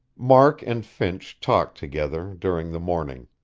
mark and finch talked together, during the morning.